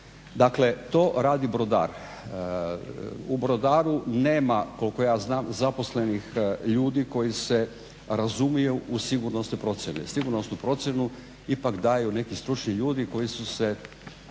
Dakle to radi brodar. U brodaru nema koliko ja znam zaposlenih ljudi koji se razumiju u sigurnosne procjene. Sigurnosnu procjenu ipak daju neki stručni ljudi koji su se po